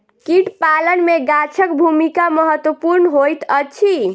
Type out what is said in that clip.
कीट पालन मे गाछक भूमिका महत्वपूर्ण होइत अछि